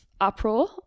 uproar